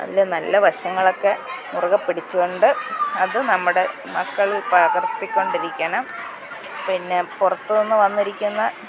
അതിൽ നല്ല വശങ്ങളൊക്കെ മുറുകെ പിടിച്ചു കൊണ്ട് അത് നമ്മുടെ മക്കളിൽ പ്രകർത്തിക്കൊണ്ടിരിക്കണം പിന്നെ പുറത്തു നിന്നു വന്നിരിക്കുന്ന